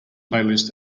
playlist